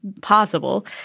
possible